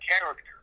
character